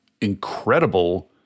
incredible